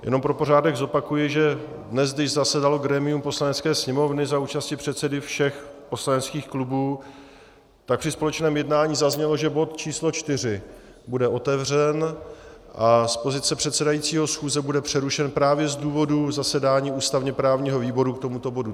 Jenom pro pořádek zopakuji, že dnes, když zasedalo grémium Poslanecké sněmovny za účasti předsedů všech poslaneckých klubů, tak při společném jednání zaznělo, že bod číslo 4 bude otevřen a z pozice předsedajícího schůze bude přerušen právě z důvodu zasedání ústavněprávního výboru k tomuto bodu.